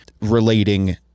relating